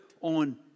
on